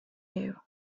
you